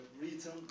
written